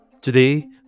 Today